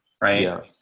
right